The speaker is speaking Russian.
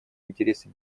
интересы